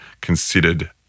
considered